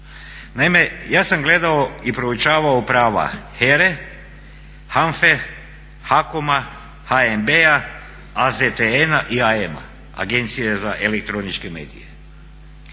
Naime, ja sam gledao i proučavao prava HERA-e, HANFA-e, HAKOM-a, HNB-a, AZTN-a i AEM-a, Agencije za elektroničke medije.